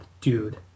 dude